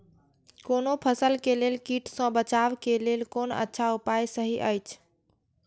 कोनो फसल के लेल कीट सँ बचाव के लेल कोन अच्छा उपाय सहि अछि?